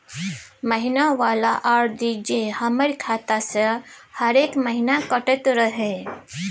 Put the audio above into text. महीना वाला आर.डी जे हमर खाता से हरेक महीना कटैत रहे?